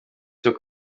cyo